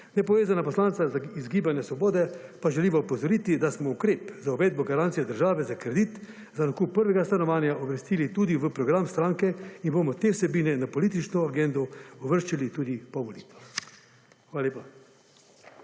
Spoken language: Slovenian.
Nepovezana poslanca iz Gibanja Svobode, pa želim opozoriti, da smo ukrep za uvedbo garancije države za kredit za nakup prvega stanovanja uvrstili tudi v program stranke in bomo te vsebine na politično agendo uvrščali tudi po volitvah. Hvala lepa.